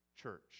church